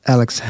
Alex